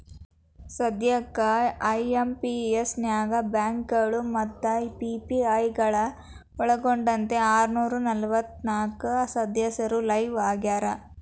ಸದ್ಯಕ್ಕ ಐ.ಎಂ.ಪಿ.ಎಸ್ ನ್ಯಾಗ ಬ್ಯಾಂಕಗಳು ಮತ್ತ ಪಿ.ಪಿ.ಐ ಗಳನ್ನ ಒಳ್ಗೊಂಡಂತೆ ಆರನೂರ ನಲವತ್ನಾಕ ಸದಸ್ಯರು ಲೈವ್ ಆಗ್ಯಾರ